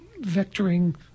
vectoring